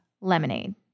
Lemonade